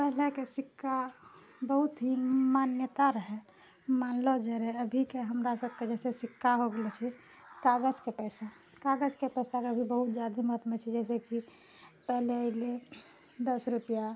पहलाके सिक्का बहुत ही मान्यता रहै मानलो जाइत रहै अभीके हमरा सभकेँ जइसे सिक्का हो गैलो छै कागज कऽ पैसा कागजके पैसाके भी बहुत जादे महत्म छै जइसे कि पहिले एलै दश रुपआ